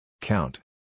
Count